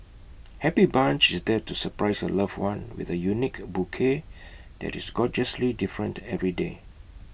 happy bunch is there to surprise your loved one with A unique bouquet that is gorgeously different every day